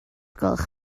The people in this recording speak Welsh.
gwelwch